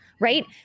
right